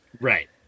Right